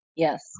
Yes